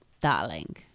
Darling